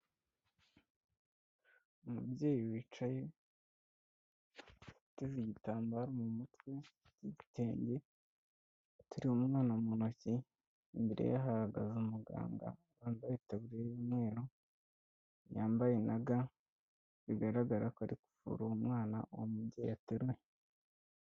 Umubyeyi wicaye ateze igitambaro mu mutwe igitenge ateruye umwana mu ntoki imbere ye hahagaze umuganga wambaye itaburiya y'urimweru, yambaye na ga, bigaragara ko ari kuvura uwo mwana uwo mubyeyi ateruye.